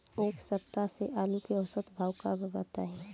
एक सप्ताह से आलू के औसत भाव का बा बताई?